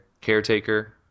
Caretaker